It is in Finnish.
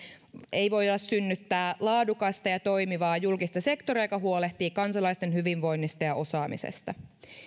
ei voida synnyttää laadukasta ja toimivaa julkista sektoria joka huolehtii kansalaisten hyvinvoinnista ja osaamisesta